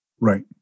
Right